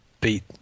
beat